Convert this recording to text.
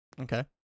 Okay